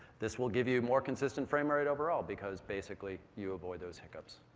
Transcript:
this will give you more consistent frame rate overall, because, basically, you avoid those hiccups.